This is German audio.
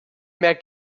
mehr